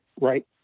right